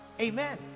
amen